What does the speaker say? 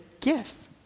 gifts